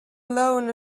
alone